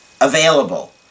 available